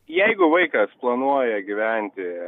jeigu vaikas planuoja gyventi